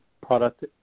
product